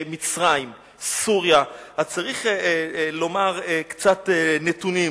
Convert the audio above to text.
מצרים, סוריה, אז צריך לומר קצת נתונים.